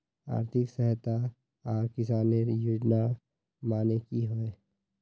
आर्थिक सहायता आर किसानेर योजना माने की होय?